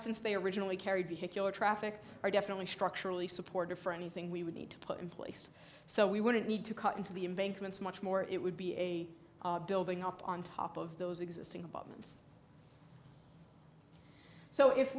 since they originally carried vehicular traffic are definitely structurally supported for anything we would need to put in place so we wouldn't need to cut into the embankment much more it would be a building up on top of those existing bottoms so if